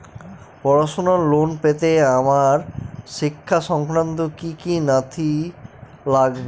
পড়াশুনোর লোন পেতে আমার শিক্ষা সংক্রান্ত কি কি নথি লাগবে?